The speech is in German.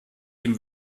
ihm